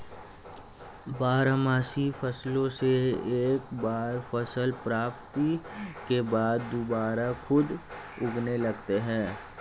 बारहमासी फसलों से एक बार फसल प्राप्ति के बाद दुबारा खुद उगने लगते हैं